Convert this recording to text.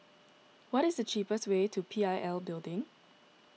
what is the cheapest way to P I L Building